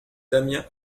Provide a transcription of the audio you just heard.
damien